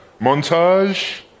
montage